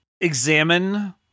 examine